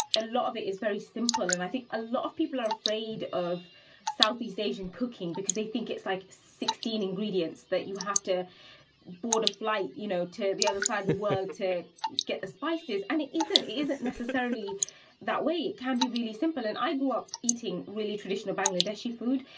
and a lot of it is very simple. and i think a lot of people are afraid of southeast asian cooking because they think it's like sixteen ingredients that you have to board a flight you know to the other parts of the world to get the spices and it isn't isn't necessarily that way. it can be really simple and i grew up eating really traditional bangladeshi food.